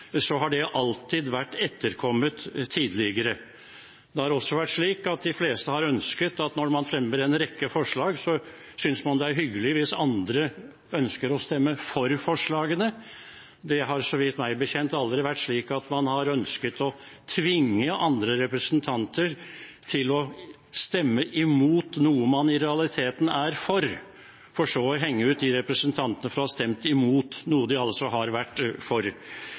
har det tidligere alltid vært etterkommet. Det har også vært slik, når man fremmer en rekke forslag, at de fleste synes det er hyggelig hvis andre ønsker å stemme for forslagene. Det har meg bekjent aldri vært slik at man har ønsket å tvinge andre representanter til å stemme imot noe man i realiteten er for, for så å henge ut de representantene som har stemt imot noe de har vært for. Etter at dette dukket opp i går, har jeg sjekket litt i Stortingets forretningsorden med kommentarer, for